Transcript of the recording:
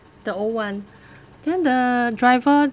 the old one then the driver